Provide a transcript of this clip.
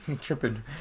Tripping